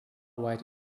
white